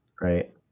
right